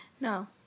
No